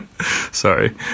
sorry